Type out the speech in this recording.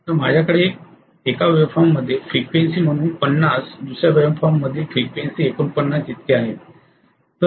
तर माझ्याकडे एका वेव्हफॉर्ममध्ये फ्रिक्वेन्सी म्हणून 50 दुसर्या वेव्हफॉर्ममधील फ्रिक्वेन्सी 49 इतके आहेत